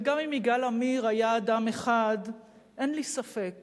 וגם אם יגאל עמיר היה אדם אחד, אין לי ספק